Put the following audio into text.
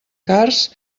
cars